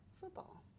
Football